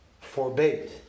forbade